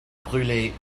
brûlés